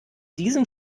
diesem